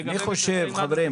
חברים,